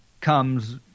comes